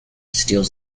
steals